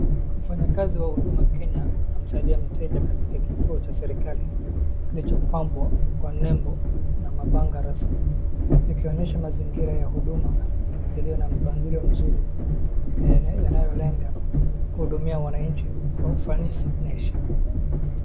Mfanyakazi wa Huduma Kenya anamsaidia mteja katika kituo cha serekali kilichopambwa kwa nembo na mabango rasmi. Yakionyesha mazingira ya huduma iliyo na mpangilio mzuri yanayolenga kuhudumia wananchi kwa ufanisi na heshima.